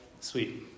Sweet